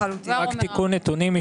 רק תיקון נתונים,